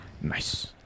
Nice